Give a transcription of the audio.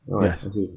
Yes